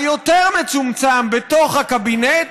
היותר-מצומצם, בתוך הקבינט,